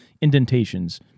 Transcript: indentations